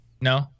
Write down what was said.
No